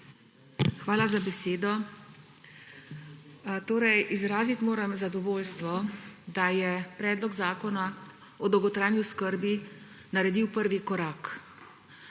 Hvala za besedo. Izraziti moram zadovoljstvo, da je Predlog zakona o dolgotrajni oskrbi naredil prvi korak.